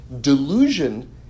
delusion